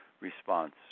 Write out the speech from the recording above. response